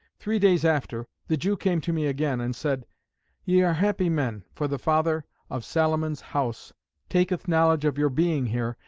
three days after the jew came to me again, and said ye are happy men for the father of salomon's house taketh knowledge of your being here,